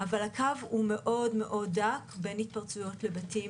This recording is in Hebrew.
אבל הקו הוא מאוד מאוד דק בין התפרצויות לבתים